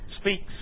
speaks